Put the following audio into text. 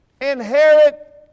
inherit